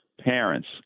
parents